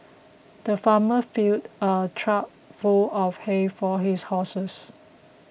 the farmer filled a trough full of hay for his horses